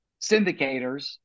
syndicators